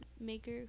maker